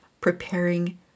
preparing